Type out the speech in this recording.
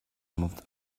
moved